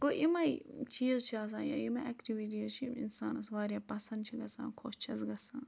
گوٚو یِمے چیٖز چھِ آسان یا یِمے ایٚکٹوِٹیٖز چھِ یِم اِنسانَس واریاہ پَسنٛد چھِ گژھان خۄش چھیٚس گژھان